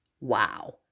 Wow